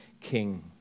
king